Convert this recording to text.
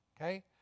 okay